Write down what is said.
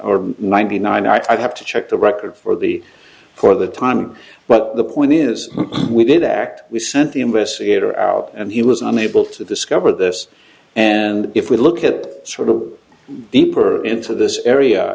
in ninety nine i'd have to check the record for the for the time but the point is we did act we sent the investigator out and he was unable to discover this and if we look at the sort of deeper into this area